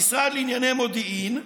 במשרד לענייני מודיעין,